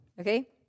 okay